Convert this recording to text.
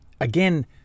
Again